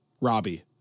Robbie